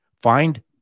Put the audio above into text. Find